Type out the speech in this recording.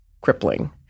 crippling